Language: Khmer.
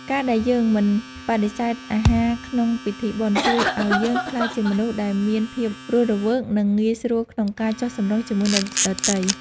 ការដែលយើងមិនបដិសេធអាហារក្នុងពិធីបុណ្យ ជួយឱ្យយើងក្លាយជាមនុស្សដែលមានភាពរស់រវើក និងងាយស្រួលក្នុងការចុះសម្រុងជាមួយអ្នកដទៃ។